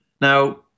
Now